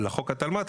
התלמ"ת,